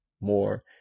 more